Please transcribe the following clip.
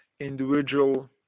individual